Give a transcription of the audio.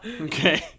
Okay